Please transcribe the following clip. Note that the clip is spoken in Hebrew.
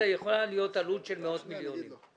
זאת יכולה להיות עלות של מאות מיליוני שקלים.